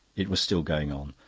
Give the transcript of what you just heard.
it was still going on,